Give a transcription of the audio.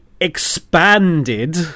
expanded